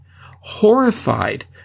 Horrified